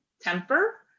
temper